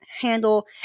handle